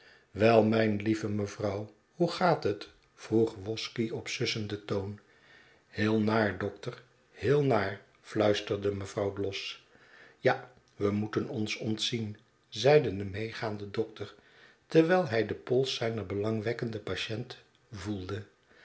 wel mijn lieve mevrouw hoe gaat het vroeg wosky op sussenden toon heel naar dokter heel naar fluisterde mevrouw bloss ja we moeten ons ontzien zeide de meegaande dokter terwijl hij den pols zijner belangwekkende patient voelde